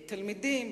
תלמידים,